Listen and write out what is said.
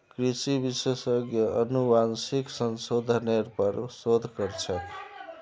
कृषि विशेषज्ञ अनुवांशिक संशोधनेर पर शोध कर छेक